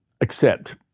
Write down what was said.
accept